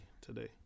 today